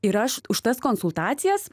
ir aš už tas konsultacijas